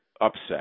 upset